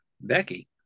Becky